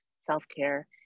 self-care